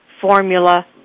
Formula